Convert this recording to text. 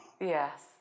Yes